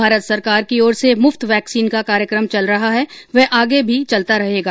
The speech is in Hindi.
भारत सरकार की ओर से मुफ्त वैक्सीन का कार्यकम चल रहा है वह आगे भी चलता रहेगा